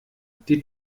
die